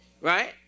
Right